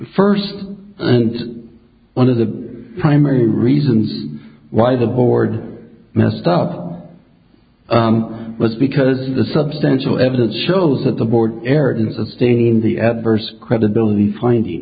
first and one of the primary reasons why the board messed up on was because the substantial evidence shows that the board arrogance of staying in the adverse credibility finding